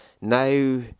Now